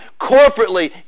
corporately